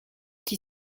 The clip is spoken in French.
qui